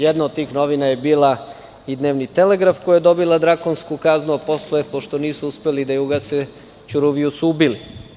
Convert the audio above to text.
Jedna od tih novina je bila Dnevni telegraf, koja je dobila drakonsku kaznu, a posle, pošto nisu uspeli da je ugase, Ćuruviju su ubili.